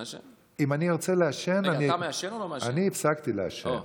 אני הפסקתי לעשן.